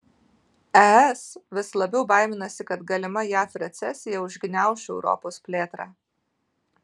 es vis labiau baiminasi kad galima jav recesija užgniauš europos plėtrą